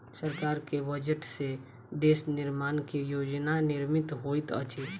सरकार के बजट से देश निर्माण के योजना निर्मित होइत अछि